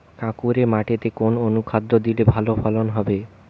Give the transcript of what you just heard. কাঁকুরে মাটিতে কোন অনুখাদ্য দিলে ভালো ফলন হবে?